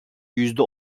yüzde